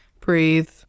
Breathe